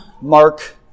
Mark